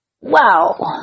Wow